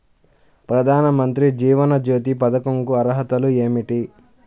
ప్రధాన మంత్రి జీవన జ్యోతి పథకంకు అర్హతలు ఏమిటి?